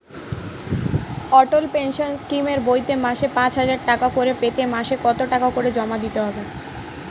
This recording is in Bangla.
অটল পেনশন স্কিমের বইতে মাসে পাঁচ হাজার টাকা করে পেতে মাসে কত টাকা করে জমা দিতে হবে?